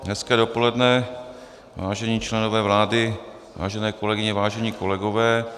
Hezké dopoledne, vážení členové vlády, vážené kolegyně, vážení kolegové.